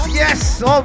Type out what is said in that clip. yes